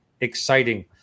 exciting